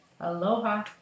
Aloha